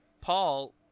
paul